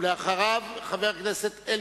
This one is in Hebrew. ואחריו, חבר הכנסת אלקין.